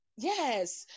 Yes